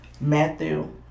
Matthew